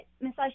massage